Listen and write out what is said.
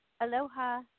Aloha